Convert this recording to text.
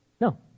No